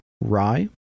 rye